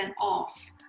off